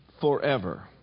forever